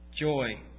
joy